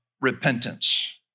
repentance